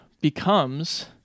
becomes